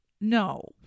No